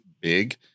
big